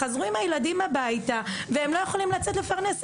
חזרו עם הילדים הביתה והם לא יכולים לצאת לפרנס,